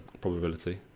probability